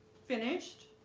finished